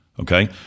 Okay